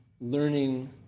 learning